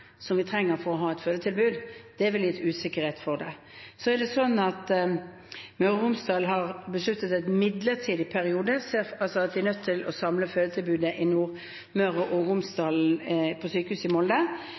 for å ha et fødetilbud. Det ville gitt usikkerhet rundt det. Helse Møre og Romsdal har besluttet at de i en midlertidig periode er nødt til å samle fødetilbudet i Nordmøre og Romsdal på sykehuset i Molde.